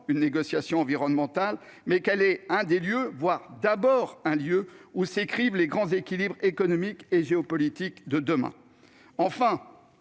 une négociation environnementale, mais qu'elle est un des lieux- si ce n'est le premier lieu -où s'écrivent les grands équilibres économiques et géopolitiques de demain. Enfin,